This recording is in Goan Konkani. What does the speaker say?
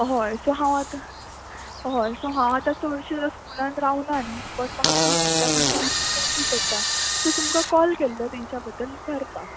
हय सो हांव आतां हय सो हांव आतां चडशे स्कुलान रावलां न्ही बिकॉज म्हाका दोन स्कुलां कंटिन्युअसली पोवची पडटा सो तुमकां कॉल केल्लो तेंच्या बद्दल विचारपाक